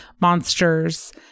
monsters